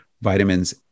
vitamins